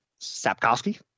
Sapkowski